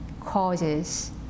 causes